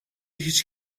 hiç